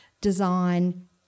...design